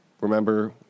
Remember